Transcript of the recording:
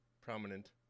prominent